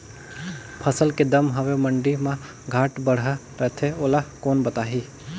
फसल के दम हवे मंडी मा घाट बढ़ा रथे ओला कोन बताही?